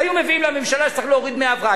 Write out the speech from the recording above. היו מביאים לממשלה שצריך להוריד דמי הבראה,